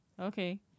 Okay